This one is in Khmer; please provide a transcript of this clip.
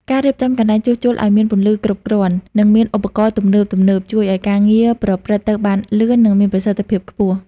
ការរៀបចំកន្លែងជួសជុលឱ្យមានពន្លឺគ្រប់គ្រាន់ និងមានឧបករណ៍ទំនើបៗ ជួយឱ្យការងារប្រព្រឹត្តទៅបានលឿន និងមានប្រសិទ្ធភាពខ្ពស់។